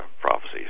prophecies